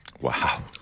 Wow